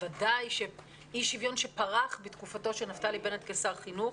בוודאי שאי שוויון שפרח בתקופתו של נפתלי בנט כשר חינוך,